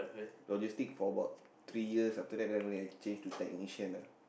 Logistic for about three years after that then only I change to technician